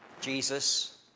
Jesus